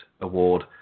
award